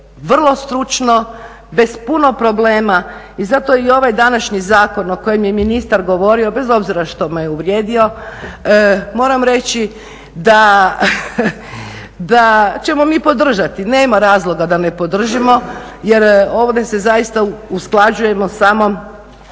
vrlo stručno bez puno problema. I zato i ovaj današnji zakon o kojem je ministar govorio, bez obzira što me je uvrijedio, moram reći da ćemo mi podržati, nema razloga da ne podržimo. Jer ovdje se zaista usklađujemo samo